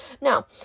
Now